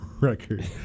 record